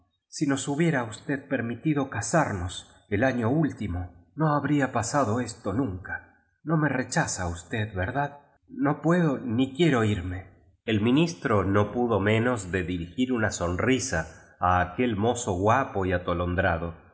si nos hubiera usted permitido casarnos el año último no pacifico magizine habría pagado esto nunca no roe re chaza ll ed verdad no puedo ni quiero inne el minutro no pu do menos de dirigir una sonrisa a aquel muzo guapo y